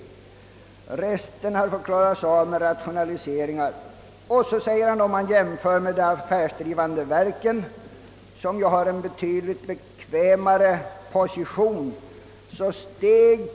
Resten hade fått kompenseras med rationaliseringar. Han pekade vidare på de affärsdrivande verken, vilka som bekant har en betydligt bekvämare position.